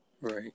Right